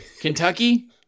Kentucky